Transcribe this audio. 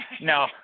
No